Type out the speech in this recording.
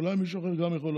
אולי מישהו אחר גם יכול לעשות?